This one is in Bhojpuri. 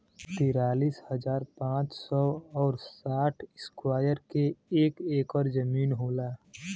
तिरालिस हजार पांच सौ और साठ इस्क्वायर के एक ऐकर जमीन होला